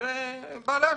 זה בעלי השליטה.